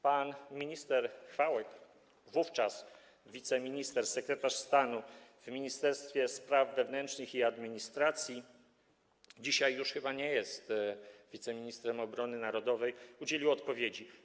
Pan minister Chwałek, wówczas wiceminister, sekretarz stanu w Ministerstwie Spraw Wewnętrznych i Administracji, dzisiaj już chyba nie jest wiceministrem obrony narodowej, udzielił odpowiedzi.